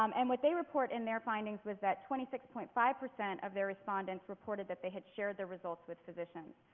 um and what they report in their findings was that twenty six point five percent of their respondents reported that they had shared the results with physicians.